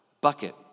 bucket